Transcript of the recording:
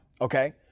Okay